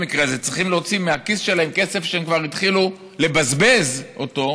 במקרה הזה צריכים להוציא מהכיס שלהם כסף שהם כבר התחילו לבזבז אותו,